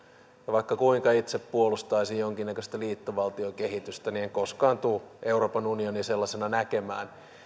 vaikka kuinka itse puolustaisin jonkinnäköistä liittovaltiokehitystä niin en koskaan tule euroopan unionia sellaisena näkemään